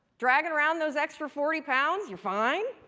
dragging around those extra forty pounds, you're fine?